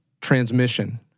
transmission